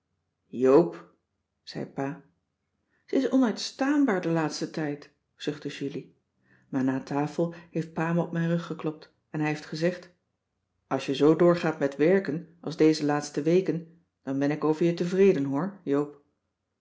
joop zei pa ze is onuitstaanbaar den laatsten tijd zuchtte julie maar na tafel heeft pa me op mijn rug geklopt en hij heeft gezegd als je zoo doorgaat met werken als deze laatste weken dan ben ik over je tevreden hoor joop